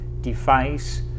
device